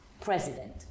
president